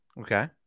Okay